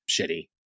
shitty